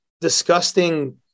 disgusting